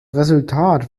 resultat